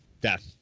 death